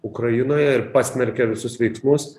ukrainoje ir pasmerkė visus veiksmus